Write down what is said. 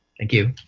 thank you.